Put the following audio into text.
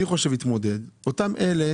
שם חושבים להתמודד אותם אלה